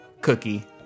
cookie